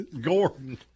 Gordon